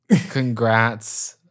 Congrats